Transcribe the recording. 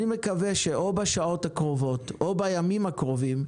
אני מקווה שאו בשעות הקרובות או בימים הקרובים,